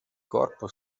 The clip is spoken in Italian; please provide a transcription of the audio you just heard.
corpo